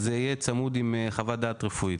אז זה יהיה צמוד עם חוות דעת רפואית